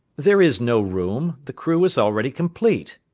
there is no room the crew is already complete.